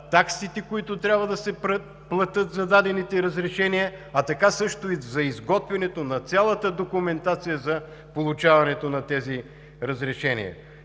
таксите, които трябва да се платят за дадените разрешения, а така също и за изготвянето на цялата документация за получаването на тези разрешения.